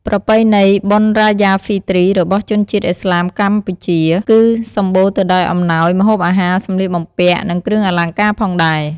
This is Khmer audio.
ប្រពៃណីបុណ្យរ៉ាយ៉ា ហ្វីទ្រី របស់ជនជាតិឥស្លាមកម្ពុជា គឺសម្បូរទៅដោយអំណោយ ម្ហូបអាហារ សម្លៀកបំពាក់ និងគ្រឿងអលង្ការផងដែរ។